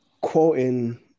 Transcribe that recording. quoting